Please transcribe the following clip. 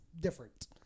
different